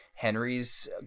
Henry's